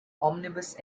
omnibus